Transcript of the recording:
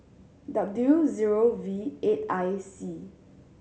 W zero V eight I C